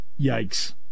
Yikes